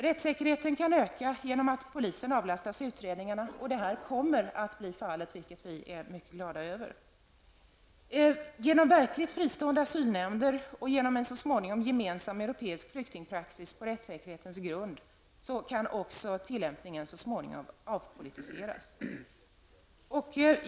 Rättssäkerheten kan öka genom att polisen avlastas utredningar, och det kommer att bli fallet, vilket vi är mycket glada över. Genom verkligt fristående asylnämnder och genom en så småningom gemensam europeisk flyktingpraxis på rättssäkerhetens grunder kan också tillämpningen så småningom avpolitiseras.